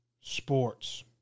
sports